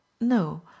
no